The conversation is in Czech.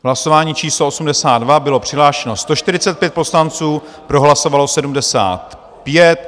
Hlasování číslo 82, bylo přihlášeno 145 poslanců, pro hlasovalo 75.